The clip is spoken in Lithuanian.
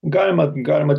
galima galima